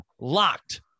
Locked